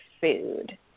food